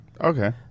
Okay